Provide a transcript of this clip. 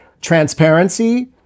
transparency